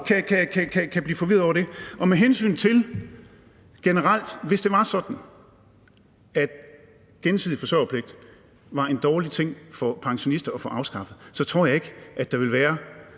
kan blive forvirret over det. Med hensyn til, hvis det generelt var sådan, at gensidig forsørgerpligt var en dårlig ting for pensionister at få afskaffet, så tror jeg ikke, at der ville være